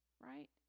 right